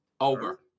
Over